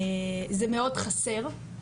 זה מאוד חסר,